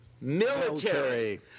Military